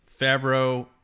Favreau